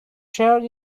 shared